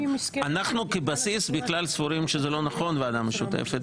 אנחנו כבסיס בכלל סבורים ועדה משותפת,